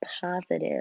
positive